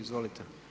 Izvolite.